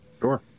Sure